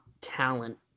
talent